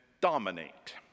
dominate